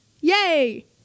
yay